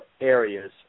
areas